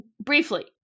briefly